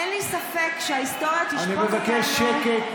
אין לי ספק שההיסטוריה, אני מבקש שקט.